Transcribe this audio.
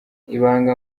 ibanga